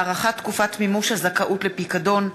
הארכת תקופת מימוש הזכאות לפיקדון),